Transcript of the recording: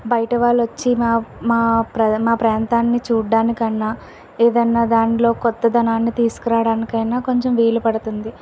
బయట వాళ్ళు వచ్చి మా మా ప్ర మా ప్రాంతాన్ని చూడడానికన్నా ఏదన్నా దాంట్లో కొత్తదనాన్ని తీసుకురావడనికి అయిన కొంచం వీలు పడుతుంది